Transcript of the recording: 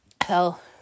Hell